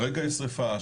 כרגע יש שריפה,